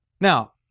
Now